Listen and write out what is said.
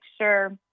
sure